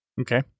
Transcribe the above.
Okay